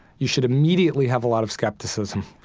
you should immediately have a lot of skepticism.